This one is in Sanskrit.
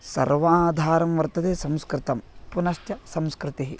सर्वाधारं वर्तते संस्कृतं पुनश्च संस्कृतिः